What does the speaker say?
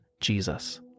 Jesus